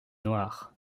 noir